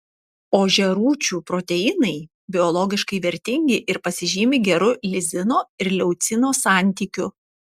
ožiarūčių proteinai biologiškai vertingi ir pasižymi geru lizino ir leucino santykiu